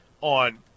on